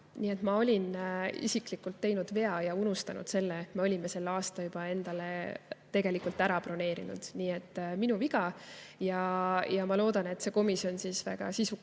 ma olin isiklikult teinud vea ja unustanud selle, et me olime selle aasta endale tegelikult juba ära broneerinud. Nii et minu viga. Aga ma loodan, et see komisjon väga sisukalt